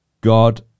God